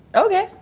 oh yeah.